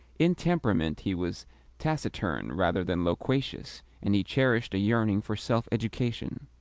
in temperament he was taciturn rather than loquacious, and he cherished a yearning for self-education.